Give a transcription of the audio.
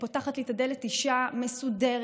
פותחת לי את הדלת אישה מסודרת,